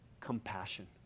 compassion